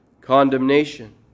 condemnation